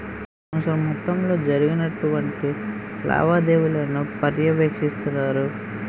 సంవత్సరం మొత్తంలో జరిగినటువంటి లావాదేవీలను పర్యవేక్షిస్తారు